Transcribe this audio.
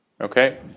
Okay